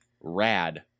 Rad